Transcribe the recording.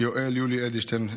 יואל יולי אדלשטיין.